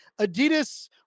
adidas